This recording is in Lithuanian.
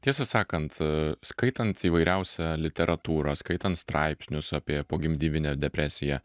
tiesą sakant skaitant įvairiausią literatūrą skaitant straipsnius apie pogimdyvinę depresiją